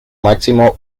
máximo